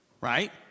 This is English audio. right